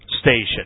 station